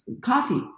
coffee